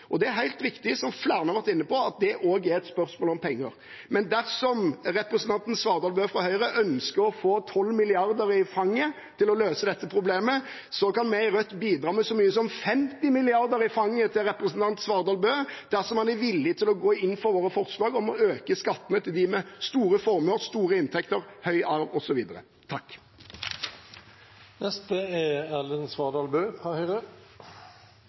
Det er helt riktig, som flere har vært inne på, at det også er et spørsmål om penger, men dersom representanten Svardal Bøe fra Høyre ønsker å få 12 mrd. kr i fanget til å løse dette problemet, kan vi i Rødt bidra med så mye som 50 mrd. kr i fanget til representanten Svardal Bøe dersom han er villig til å gå inn for våre forslag om å øke skattene til dem med store formuer, store inntekter, høy arv